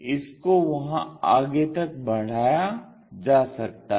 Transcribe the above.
इसको वहाँ आगे तक बढ़ाया जा सकता है